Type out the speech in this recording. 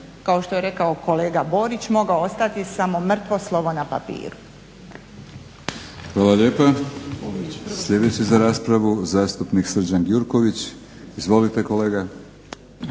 kao što je rekao kolega Borić mogao ostati samo mrtvo slovo na papiru. **Batinić, Milorad (HNS)** Hvala lijepa. Sljedeći za raspravu zastupnik Srđan Gjurković. Izvolite kolega.